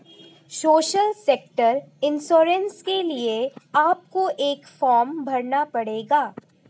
social sector insurance के लिए आपको एक फॉर्म भरना पड़ेगा